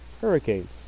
Hurricanes